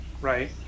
right